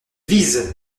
vise